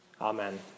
Amen